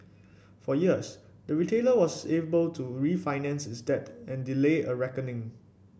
for years the retailer was able to refinance its debt and delay a reckoning